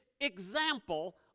example